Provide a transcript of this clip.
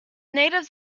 natives